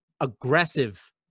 aggressive